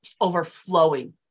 overflowing